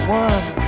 one